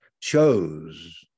chose